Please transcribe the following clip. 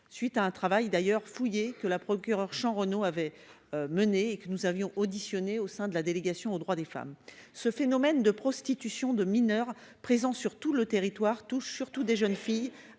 suite à un travail d'ailleurs fouillé que la procureure Champ-Renault avait mené et que nous avions auditionnées au sein de la délégation aux droits des femmes, ce phénomène de prostitution de mineure présents sur tout le territoire, touche surtout des jeunes filles